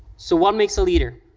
so, what makes a leader?